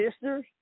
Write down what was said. sisters